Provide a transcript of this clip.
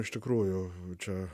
iš tikrųjų čia